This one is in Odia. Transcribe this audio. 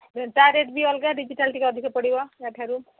ତା' ରେଟ୍ ବି ଅଲଗା ଡିଜିଟାଲ୍ ଟିକିଏ ଅଧିକ ପଡ଼ିବ ଏହାଠାରୁ